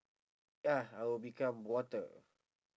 ah I will become water